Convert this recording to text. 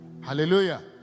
hallelujah